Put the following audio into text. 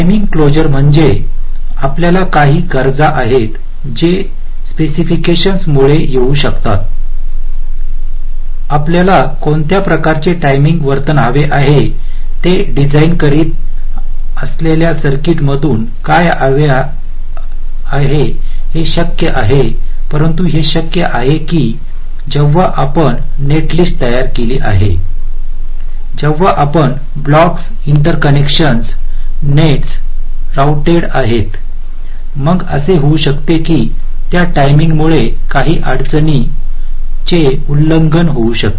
timing closure म्हणजे आपल्याला काही गरजा आहेत जे स्पेसिफिकेशन्स मुळे येऊ शकतात आम्हाला कोणत्या प्रकारचे टाईमिंग वर्तन हवे आहे ते डिझाइन करीत असलेल्या सर्किटमधून काय हवे आहे हे शक्य आहे परंतु हे शक्य आहे की जेव्हा आपण नेट लिस्ट तयार केली आहे जेव्हा आपण ब्लॉक्स इंटरकनेक्शन नेट्स रोउटेड आहेत मग असे होऊ शकते की त्या टाईमिंग मुळे काही अडचणींचे उल्लंघन होऊ शकते